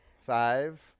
Five